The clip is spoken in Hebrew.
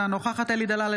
אינה נוכחת אלי דלל,